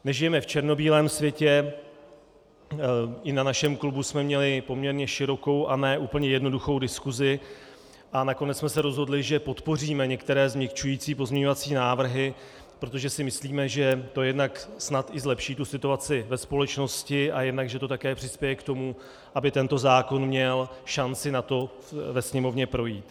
Nežijeme v černobílém světě, i na našem klubu jsme měli poměrně širokou a ne úplně jednoduchou diskusi a nakonec jsme se rozhodli, že podpoříme některé změkčující pozměňovací návrhy, protože si myslím, že to jednak snad i zlepší tu situaci ve společnosti a jednak že to také přispěje k tomu, aby tento zákon měl šanci na to ve Sněmovně projít.